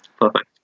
Perfect